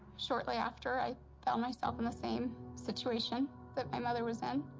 shortly after, i found myself in the same situation that my mother was in,